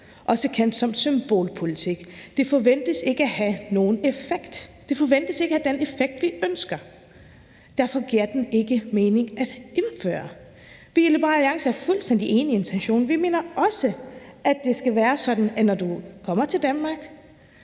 også kendt som symbolpolitik. Det forventes ikke at have nogen effekt. Det forventes ikke at have den effekt, vi ønsker, og derfor giver det ikke mening at indføre det. Vi i Liberal Alliance er fuldstændig enige i intentionen. Vi mener også, det skal være sådan, at når du kommer til Danmark